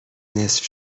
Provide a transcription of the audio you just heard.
نصف